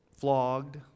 flogged